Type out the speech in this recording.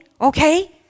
okay